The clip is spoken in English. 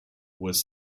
was